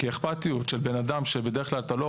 זה קשור לאכפתיות של בן אדם, שהוא לא